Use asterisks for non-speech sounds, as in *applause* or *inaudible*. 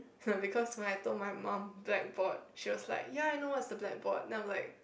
*laughs* because when I told my mum blackboard she was like ya I know what's the blackboard then I'm like